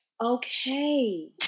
Okay